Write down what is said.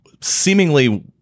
seemingly